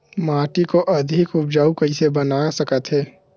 माटी को अधिक उपजाऊ कइसे बना सकत हे?